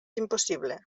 impossible